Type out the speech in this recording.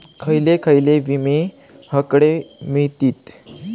खयले खयले विमे हकडे मिळतीत?